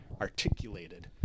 articulated